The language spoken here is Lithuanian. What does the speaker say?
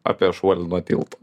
apie šuolį nuo tilto